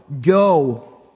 go